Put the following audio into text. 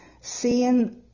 seeing